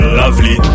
lovely